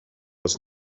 was